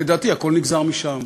לדעתי הכול נגזר משם.